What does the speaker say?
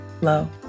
Low